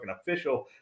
official